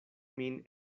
min